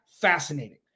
fascinating